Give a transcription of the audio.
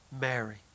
Mary